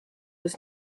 was